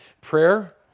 Prayer